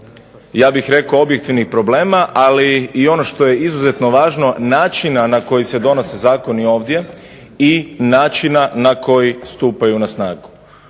ja bih rekao objektivnih problema. Ali i ono što je izuzetno važno načina na koji se donose zakoni ovdje i načina na koji stupaju na snagu.